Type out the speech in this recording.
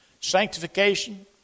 sanctification